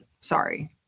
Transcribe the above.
sorry